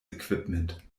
equipment